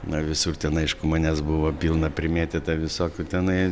na visur ten aišku manęs buvo pilna primėtyta visokių tenai